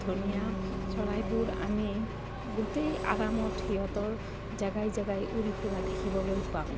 ধনীয়া চৰাইবোৰ আমি গোটেই আৰামত সিহঁতৰ জেগাই জেগাই উৰি ফুৰা দেখিবলৈ পাম